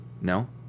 No